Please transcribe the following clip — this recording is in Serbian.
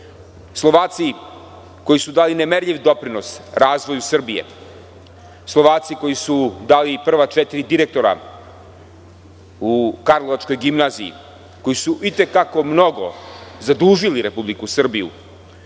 Slovaci koji su dali nemerljiv doprinos razvoju Srbije, Slovaci koji su dali prva četiri direktora u Karlovačkoj gimnaziji, koji su i te kako mnogo zadužili Republiku Srbiju,